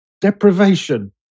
deprivation